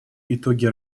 итоги